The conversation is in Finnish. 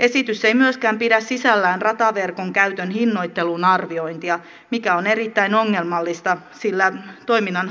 esitys ei myöskään pidä sisällään rataverkon käytön hinnoittelun arviointia mikä on erittäin ongelmallista sillä toiminnan